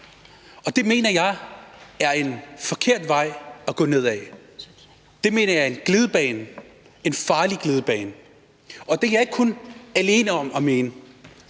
på. Det mener jeg er en forkert vej at gå. Det mener jeg er en glidebane, en farlig glidebane, og det er jeg ikke alene om at mene.